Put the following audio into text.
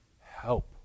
help